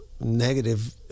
negative